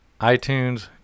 iTunes